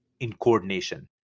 incoordination